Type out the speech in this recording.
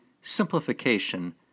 simplification